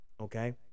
okay